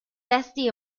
testi